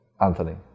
Anthony